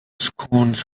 scones